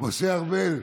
משה ארבל,